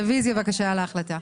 רביזיה בבקשה על ההחלטה.